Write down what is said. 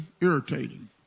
irritating